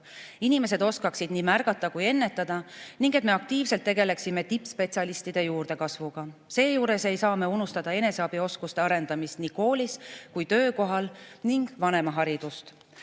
inimesed oskaksid nii märgata kui ka ennetada ning et me aktiivselt tegeleksime tippspetsialistide juurdekasvuga. Seejuures ei saa me unustada eneseabioskuste arendamist nii koolis kui ka töökohal ning vanemaharidust. Paljud